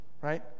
right